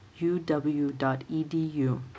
uw.edu